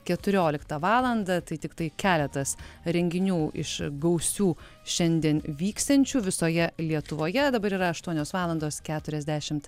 keturioliktą valandą tai tiktai keletas renginių iš gausių šiandien vyksiančių visoje lietuvoje dabar yra aštuonios valandos keturiasdešimt